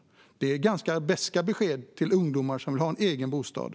Detta är ganska beska besked till ungdomar som vill ha en egen bostad.